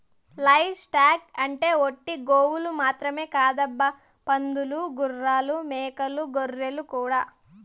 live stock అంటే ఒట్టి గోవులు మాత్రమే కాదబ్బా పందులు గుర్రాలు మేకలు గొర్రెలు కూడా